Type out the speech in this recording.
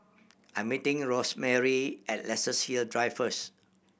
I'm meeting Rosemarie at Luxus Hill Drive first